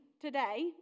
today